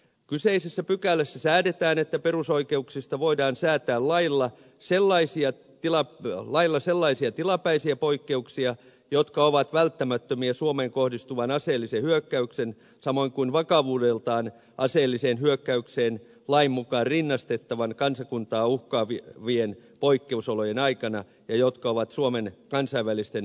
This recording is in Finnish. kyseisessä pykälässä säädetään että perusoikeuksista voidaan säätää lailla sellaisia tilapäisiä poikkeuksia jotka ovat välttämättömiä suomeen kohdistuvan aseellisen hyökkäyksen samoin kuin vakavuudeltaan aseelliseen hyökkäykseen lain mukaan rinnastettavien kansakuntaa uhkaavien poikkeusolojen aikana ja jotka ovat suomen kansainvälisten ihmisoikeusvelvoitteiden mukaisia